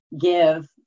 give